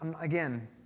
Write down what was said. again